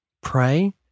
pray